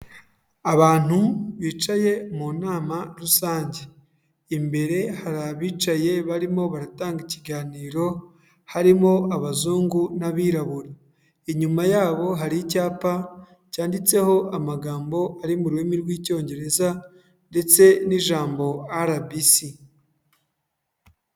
Abantu bicaye mu nama rusange. Imbere hari abicaye barimo baratanga ikiganiro, harimo abazungu n'abirabura. Inyuma yabo hari icyapa cyanditseho amagambo ari mu rurimi rw'lcyongereza ndetse n'ijambo RBC.